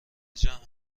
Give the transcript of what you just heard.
جمع